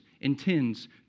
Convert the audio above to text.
intends